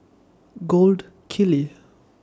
Gold Kili